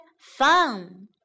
fun